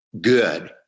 good